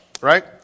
right